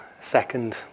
second